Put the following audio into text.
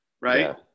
right